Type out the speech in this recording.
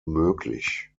möglich